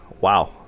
wow